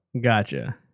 Gotcha